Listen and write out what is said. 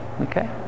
okay